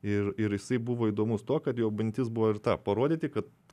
ir ir jisai buvo įdomus tuo kad jo mintis buvo ir ta parodyti kad